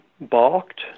balked